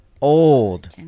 old